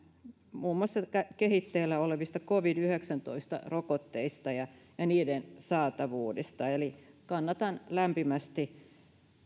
muun muassa kehitteillä olevista covid yhdeksäntoista rokotteista ja niiden saatavuudesta kannatan lämpimästi